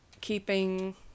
keeping